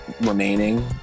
remaining